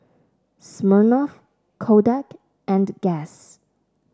Smirnoff Kodak and Guess